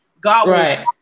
god